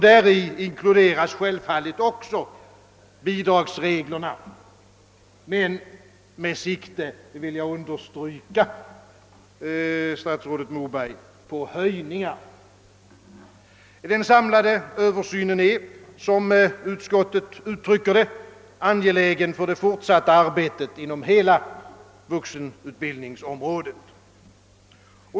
Däri inkluderades självfallet också bidragsreglerna men med sikte — det vill jag understryka, statsrådet Moberg — på höjningar. : Den samlade översynen är, som utskottet uttrycker det, angelägen för det fortsatta arbetet på hela vuxenutbildningsområdet.